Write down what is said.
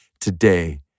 today